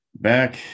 Back